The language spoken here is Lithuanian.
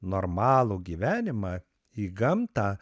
normalų gyvenimą į gamtą